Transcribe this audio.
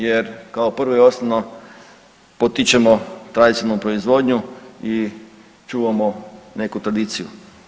Jer kao prvo i osnovno potičemo tradicionalnu proizvodnju i čuvamo neku tradiciju.